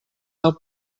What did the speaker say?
del